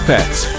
Pets